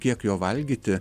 kiek jo valgyti